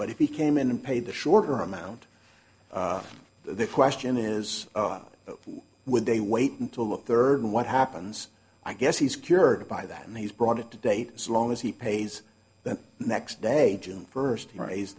but if he came in and paid the shorter amount the question is why would they wait until look third what happens i guess he's cured by that and he's brought it to date as long as he pays the next day june first raise